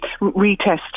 retest